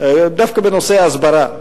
דווקא בנושא ההסברה,